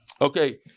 okay